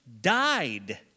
died